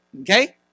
Okay